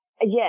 Yes